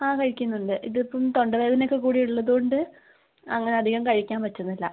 ആ കഴിക്കുന്നുണ്ട് ഇതിപ്പം തൊണ്ടവേദനയൊക്കെ കൂടി ഉള്ളതുകൊണ്ട് അങ്ങനെ അധികം കഴിക്കാൻ പറ്റുന്നില്ല